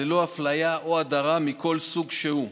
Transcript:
ללא אפליה או הדרה מכל סוג שהוא.